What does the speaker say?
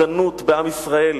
והבוגדנות בעם ישראל,